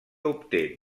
obté